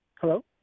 Hello